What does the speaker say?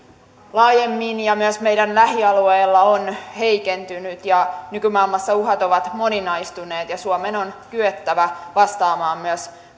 laajemmin ja myös meidän lähialueellamme on heikentynyt ja nykymaailmassa uhat ovat moninaistuneet ja suomen on kyettävä vastaamaan myös